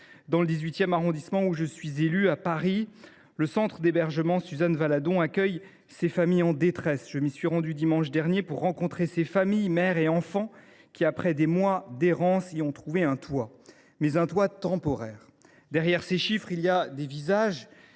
Dans le XVIII arrondissement de Paris, dont je suis l’élu, le centre d’hébergement Suzanne Valadon accueille des familles en détresse. Je m’y suis rendu dimanche dernier pour rencontrer ces familles – mères et enfants – qui, après des mois d’errance, y ont trouvé un toit. Mais il s’agit d’un toit temporaire. Derrière les chiffres, il y a des visages